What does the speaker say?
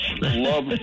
love